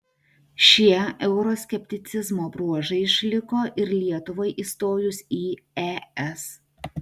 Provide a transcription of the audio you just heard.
šie euroskepticizmo bruožai išliko ir lietuvai įstojus į es